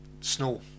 snow